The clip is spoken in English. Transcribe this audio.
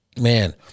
man